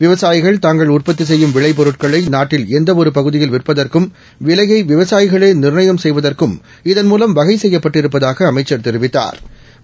விவசாயிகள் தாங்கள் உற்பத்தி செய்யும் விளைபொருட்களை நாட்டில் எந்தவொரு பகுதியில் விற்பதற்கும் விலைய விவசாயிகளே நிர்ணயம் செய்வதற்கும் இதன்மூலம் வகை செய்யப்பட்டிருப்பதாக அமைச்சா் தெரிவித்தாா்